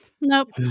Nope